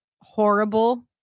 horrible